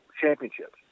championships